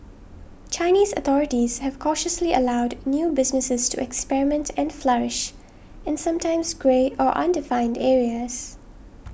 Chinese authorities have cautiously allowed new businesses to experiment and flourish in sometimes grey or undefined areas